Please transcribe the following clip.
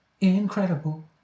incredible